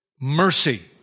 Mercy